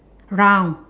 round